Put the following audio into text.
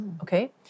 Okay